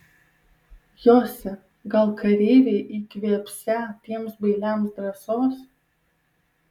josi gal kareiviai įkvėpsią tiems bailiams drąsos